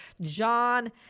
john